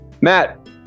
Matt